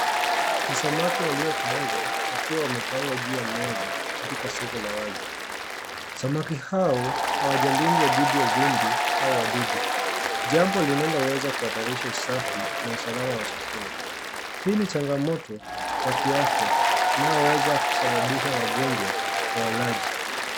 Ni samaki waliokaangwa, wakiwa wamepangwa juu ya meza katika soko la wazi. Samaki hao hawajalindwa dhidi ya vumbi au wadudu. Jambo linaloweza kuhatarisha usafi na usalama wa chakula. Hii ni changamoto ya kiafya inayoweza kusababisha magonjwa kwa waalaji.